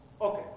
okay